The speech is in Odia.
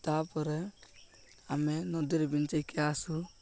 ତା'ପରେ ଆମେ ନଦୀରେ ବିଞ୍ଚାଇକି ଆସୁ